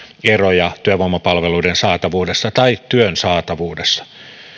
eroja työvoimapalveluiden saatavuudessa tai työn saatavuudessa